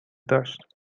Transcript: داشت